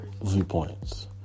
viewpoints